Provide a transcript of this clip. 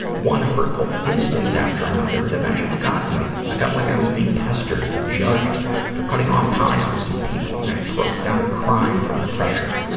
one hurtful instance after another, it eventually got to me. i felt like i was being pestered and judged for cutting off times with some people, and i broke down crying from the pressure.